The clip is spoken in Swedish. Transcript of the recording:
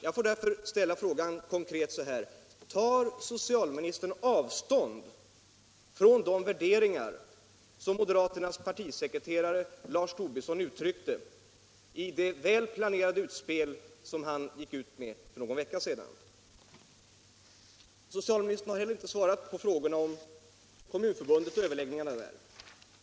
Jag ställer därför den konkreta frågan: Tar socialministern avstånd från de värderingar som moderaternas partisekreterare Lars Tobisson uttryckte i det väl planerade utspel som han gjorde för någon vecka sedan? Socialministern har heller inte svarat på frågorna om överläggningarna med Kommunförbundet.